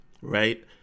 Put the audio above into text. Right